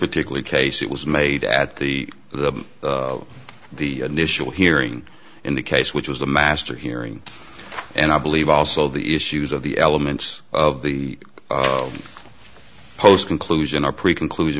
particular case it was made at the the initial hearing in the case which was a master hearing and i believe also the issues of the elements of the post conclusion are pretty conclusi